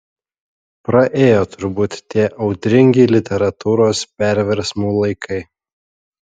praėjo turbūt tie audringi literatūros perversmų laikai